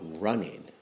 running